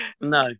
No